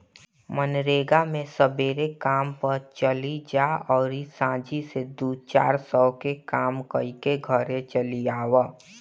मनरेगा मे सबेरे काम पअ चली जा अउरी सांझी से दू चार सौ के काम कईके घरे चली आवअ